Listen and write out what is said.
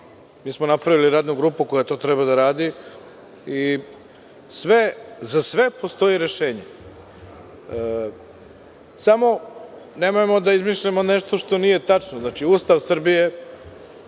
mi smo napravili radnu grupu koja to treba da radi. Za sve postoji rešenje. Samo nemojmo da izmišljamo nešto što nije tačno. Znači, Ustav Srbije